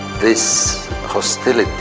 this hostility